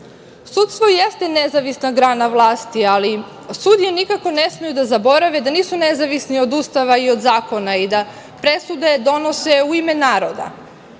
Sudstvo jeste nezavisna grana vlasti, ali sudije nikako ne smeju da zaborave da nisu nezavisni od Ustava i od zakona i da presude donose u ime naroda. Najveća